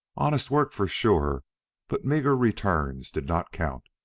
honest work for sure but meagre returns did not count.